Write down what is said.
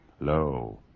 Lo